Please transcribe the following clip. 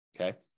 Okay